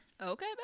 Okay